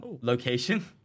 location